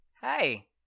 Hey